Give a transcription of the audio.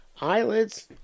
eyelids